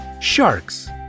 Sharks